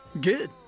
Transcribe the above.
Good